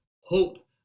hope